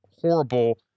horrible